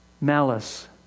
malice